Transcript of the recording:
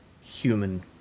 human